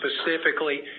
specifically